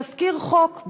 תזכיר חוק,